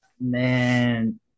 Man